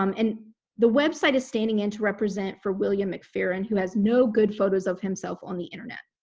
um and the website is standing in to represent for william mcpheron, who has no good photos of himself on the internet.